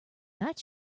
night